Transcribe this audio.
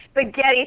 spaghetti